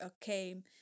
came